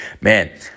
man